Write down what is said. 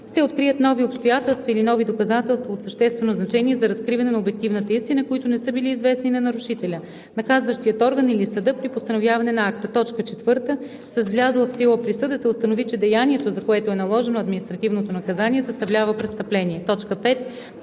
се открият нови обстоятелства или нови доказателства от съществено значение за разкриване на обективната истина, които не са били известни на нарушителя, наказващия орган или съда при постановяване на акта; 4. с влязла в сила присъда се установи, че деянието, за което е наложено административното наказание, съставлява престъпление;